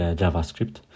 JavaScript